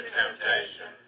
temptation